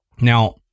Now